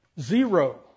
Zero